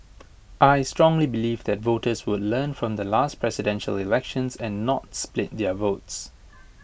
I strongly believe that voters would learn from the last Presidential Elections and not split their votes